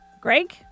Greg